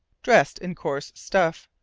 dressed in coarse stuff,